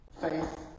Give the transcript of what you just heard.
Faith